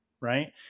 right